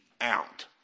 out